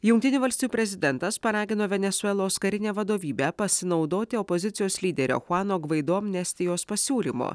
jungtinių valstijų prezidentas paragino venesuelos karinę vadovybę pasinaudoti opozicijos lyderio chuano gvaido amnestijos pasiūlymu